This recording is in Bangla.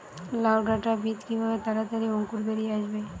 লাউ ডাটা বীজ কিভাবে তাড়াতাড়ি অঙ্কুর বেরিয়ে আসবে?